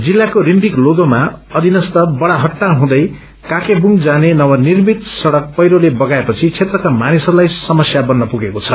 जिल्लाको रिम्बीक लोषोमा अधिनस्य बड़ा हट्टा हुँदै कांकेबुंग जाने नवनिर्मित सड़क पहिरोले बगाए पछि क्षेत्रका मानिसहरूलाई समस्या बन्न पुगेको छ